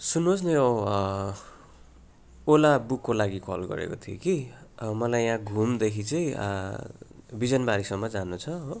सुन्नु होस् न यो ओला बुकको लागि कल गरेको थिएँ कि मलाई यहाँ घुमदेखि चाहिँ बिजनबारीसम्म जानु छ हो